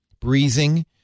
breathing